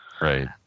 Right